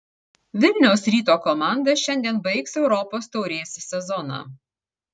vilniaus ryto komanda šiandien baigs europos taurės sezoną